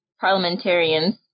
Parliamentarians